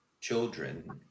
children